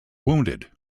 wounded